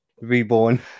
Reborn